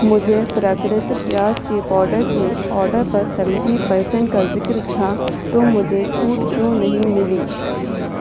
مجھے پراکرتک پیاز کی پاؤڈر کی آرڈر پر سیونٹی پر سینٹ کا ذکر تھا تو مجھے چھوٹ کیوں نہیں ملی